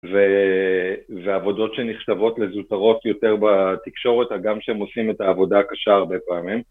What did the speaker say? ועבודות שנחשבות לזוטרות יותר בתקשורת הגם שהם עושים את העבודה הקשה הרבה פעמים.